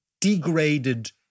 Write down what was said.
degraded